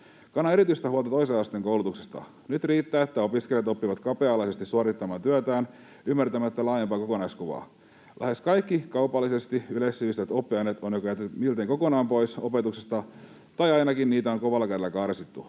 Kannan erityistä huolta toisen asteen koulutuksesta. Nyt riittää, että opiskelijat oppivat kapea-alaisesti suorittamaan työtään ymmärtämättä laajempaa kokonaiskuvaa. Lähes kaikki kaupallisesti yleissivistävät oppiaineet ovat jo miltei kokonaan pois opetuksesta tai ainakin niitä on kovalla kädellä karsittu.